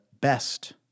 best